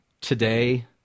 Today